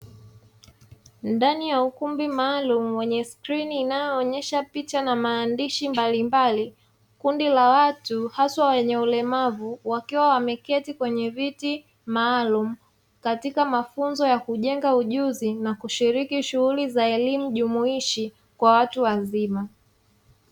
Ndani ya ukumbi maalumu wenye skrini inayoonyesha picha na maandishi mbalimbali, kundi la watu hasa wenye ulemavu wakiwa wameketi kwenye viti maalumu, katika mafunzo ya kujenga ujuzi na kushiriki shughuli za elimu jumuishi kwa watu wazima.